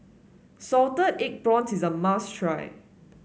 Salted Egg Prawns is a must try